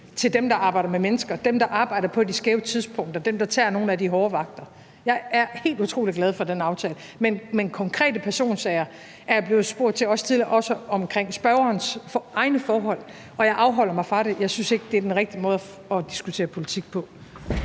til dem, der arbejder med mennesker, dem, der arbejder på de skæve tidspunkter, dem, der tager nogle af de hårde vagter. Jeg er helt utrolig glad for den aftale. Men konkrete personsager er jeg også blevet spurgt til tidligere, også omkring spørgerens egne forhold, og jeg afholder mig fra at gå ind i det. Jeg synes ikke, det er den rigtige måde at diskutere politik på.